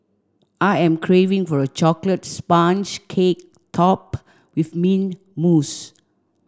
I am craving for a chocolate sponge cake topped with mint mousse